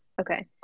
Okay